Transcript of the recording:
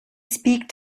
speak